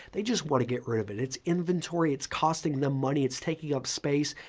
they just want to get rid of it. it's inventory. it's costing them money. it's taking up space.